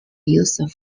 used